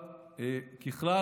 ככלל,